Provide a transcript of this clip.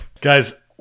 Guys